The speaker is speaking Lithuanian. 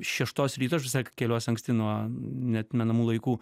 šeštos ryto aš visą laiką keliuosi anksti nuo neatmenamų laikų